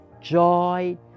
joy